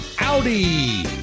Audi